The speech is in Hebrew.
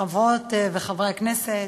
חברות וחברי הכנסת,